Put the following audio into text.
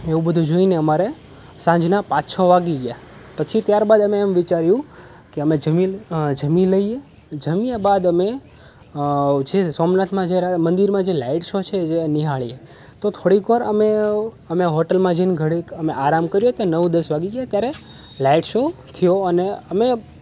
એવું બધું જોઈને અમારે સાંજના પાંચ છ વાગી ગયા પછી ત્યાર બાદ અમે એમ વિચાર્યું કે અમે જમીન જમી લઈએ જમ્યા બાદ અમે જે સોમનાથમાં જ્યારે આવા મંદિરમાં જે લાઈટ શો છે જે નિહાળીએ તો થોડીક વાર અમે અમે હોટલમાં જઈને ઘડીક અમે આરામ કરીએ તો નવ દસ વાગી ગયા ત્યારે લાઈટ શો થયો અને અમે